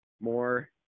more